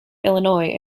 illinois